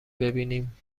ببینیم